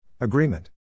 Agreement